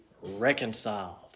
reconciled